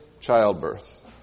childbirth